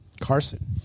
Carson